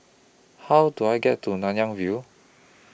How Do I get to Nanyang View